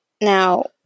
Now